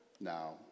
now